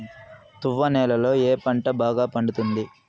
తువ్వ నేలలో ఏ పంట బాగా పండుతుంది?